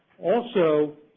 also,